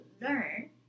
learn